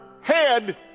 head